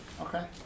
Okay